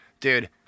dude